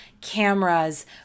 cameras